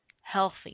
healthy